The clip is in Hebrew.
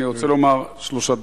אני רוצה לומר שלושה דברים: